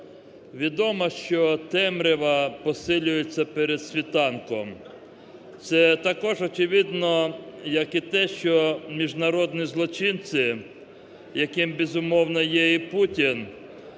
Відомо, що темрява посилюється перед світанком. Це також, очевидно, як і те, що міжнародні злочинці, яким, безумовно, є і Путін,